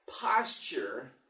posture